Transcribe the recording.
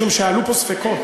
משום שעלו פה ספקות.